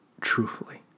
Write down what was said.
truthfully